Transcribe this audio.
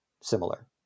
similar